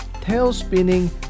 tail-spinning